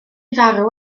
farw